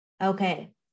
okay